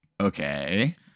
Okay